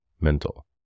mental